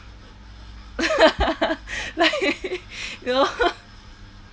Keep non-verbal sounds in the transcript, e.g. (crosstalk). (laughs) like you know